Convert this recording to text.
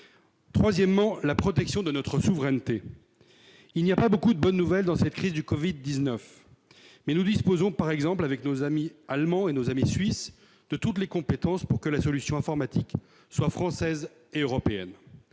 Troisièmement, la protection de notre souveraineté. Il n'y a pas beaucoup de bonnes nouvelles dans cette crise du Covid-19, mais nous disposons, par exemple avec nos amis allemands et suisses, de toutes les compétences pour que la solution informatique soit française et européenne.